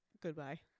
Goodbye